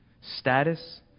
status